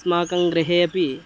अस्माकं गृहे अपि